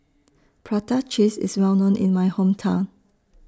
Prata Cheese IS Well known in My Hometown